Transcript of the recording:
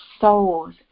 souls